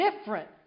different